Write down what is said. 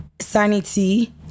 sanity